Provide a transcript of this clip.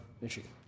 Michigan